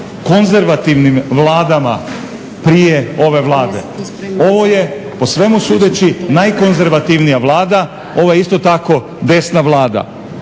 konzervativnim vladama prije ove Vlade. Ovo je po svemu sudeći najkonzervativnija vlada, ovo je isto tako desna Vlada.